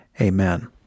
Amen